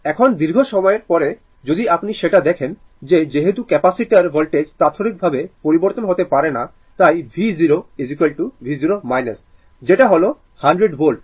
এখন দীর্ঘ সময়ের পরে যদি আপনি সেটা দেখেন যে যেহেতু ক্যাপাসিটার ভোল্টেজ তাৎক্ষণিকভাবে পরিবর্তন হতে পারে না তাই v0 v0 যেটা হল 100 ভোল্ট